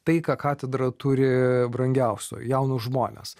tai ką katedra turi brangiausio jaunus žmones